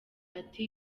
ati